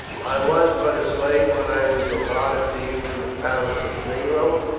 i was but a slave when i was allotted to you in the palace of nero.